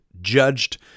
judged